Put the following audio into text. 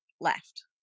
left